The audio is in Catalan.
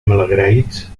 malagraïts